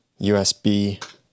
USB